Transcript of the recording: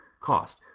cost